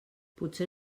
potser